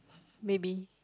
maybe